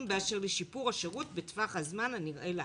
באשר לשיפור השירות בטווח הזמן הנראה לעין.